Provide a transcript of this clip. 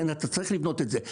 אתה צריך לבנות את זה.